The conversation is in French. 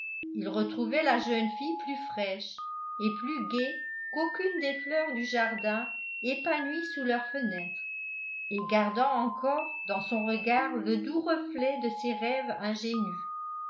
il retrouvait la jeune fille plus fraîche et plus gaie qu'aucune des fleurs du jardin épanouies sous leurs fenêtres et gardant encore dans son regard le doux reflet de ses rêves ingénus